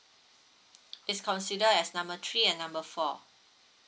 it's consider as number three and number four